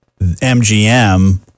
MGM